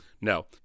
No